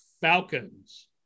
Falcons